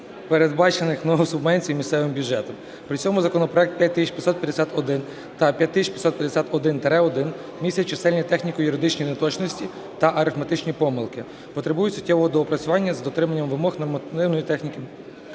передбачених субвенцією місцевим бюджетам. При цьому законопроект 5551 та 5551-1 містять чисельні техніко-юридичні неточності та арифметичні помилки, потребують суттєвого доопрацювання з дотриманням вимог нормотворчої техніки